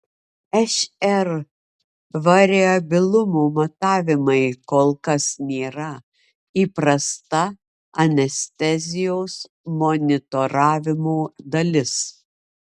šr variabilumo matavimai kol kas nėra įprasta anestezijos monitoravimo dalis